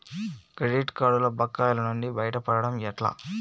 Credit కార్డుల బకాయిల నుండి బయటపడటం ఎట్లా?